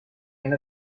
and